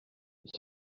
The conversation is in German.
ich